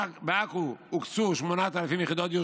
בעכו הוקצו 8,000 יחידות דיור,